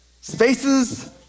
Spaces